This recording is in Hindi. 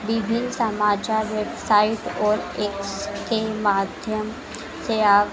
विभिन्न समाचार वेबसाइट और एक्स के माध्यम से आप